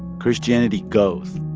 christianity goes.